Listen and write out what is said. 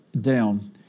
down